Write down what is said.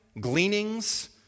gleanings